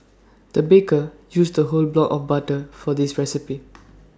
the baker used A whole block of butter for this recipe